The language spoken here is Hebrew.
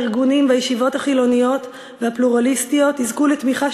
הארגונים והישיבות החילוניות והפלורליסטיות יזכו לתמיכה